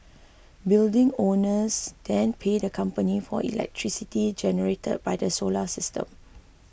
building owners then pay the company for electricity generated by the solar system